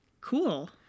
cool